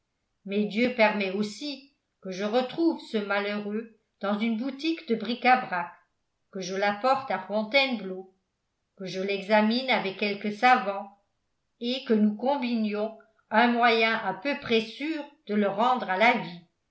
mais dieu permet aussi que je retrouve ce malheureux dans une boutique de bric-à-brac que je l'apporte à fontainebleau que je l'examine avec quelques savants et que nous combinions un moyen à peu près sûr de le rendre à la vie